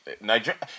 Nigeria